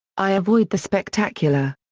i avoid the spectacular.